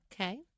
Okay